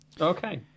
Okay